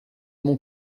mon